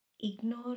ignore